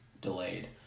delayed